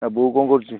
ଆ ବୋଉ କ'ଣ କରୁଛି